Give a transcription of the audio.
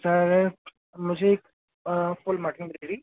sir मुझे full mutton